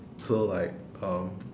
so like um